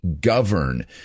govern